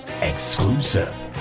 exclusive